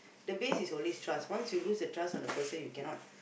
the base is always trust once you lose the trust for the person you cannot